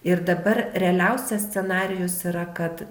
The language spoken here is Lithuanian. ir dabar realiausias scenarijus yra kad